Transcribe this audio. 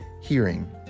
hearing